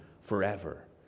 forever